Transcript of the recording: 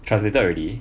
translated already